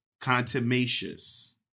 Contumacious